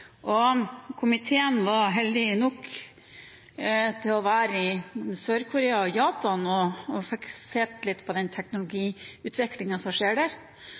og komiteen var heldig nok til å få være i Sør-Korea og Japan og få se litt på den teknologiutviklingen som skjer der.